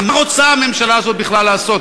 מה רוצה הממשלה הזאת בכלל לעשות?